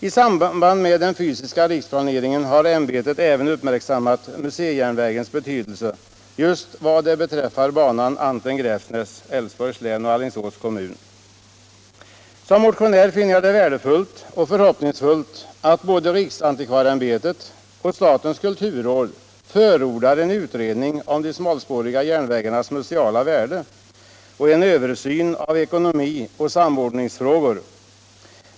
I samband med den fysiska riksplaneringen har ämbetet även uppmärksammat museijärnvägens betydelse, just vad beträffar banan Anten-Gräfsnäs, Älvsborgs län, Alingsås kommun.” Som motionär finner jag det värdefullt och hoppingivande att både riksantikvarieämbetet och statens kulturråd förordar en utredning om de smalspåriga järnvägarnas museala värde och en översyn av ekonomioch samordningsfrågor.